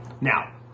Now